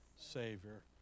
Savior